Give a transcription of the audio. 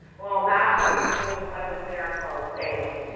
well masks should be cleaned just like we clean our clothes daily.